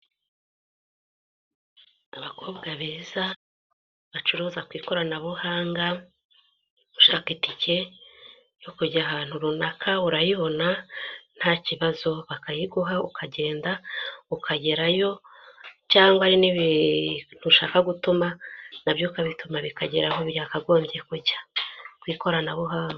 Abakobwa beza, bacuruza ku ikoranabuhanga, ushaka itike yo kujya ahantu runaka urayibona nta kibazo, bakayiguha, ukagenda ukagerayo, cyangwa hari n'ibintu ushaka gutuma, na byo ukabituma, bikagera aho byakagombye kujya ku ikoranabuhanga.